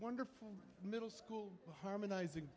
wonderful middle school harmonizing